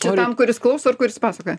čia tam kuris klauso ar kuris pasakoja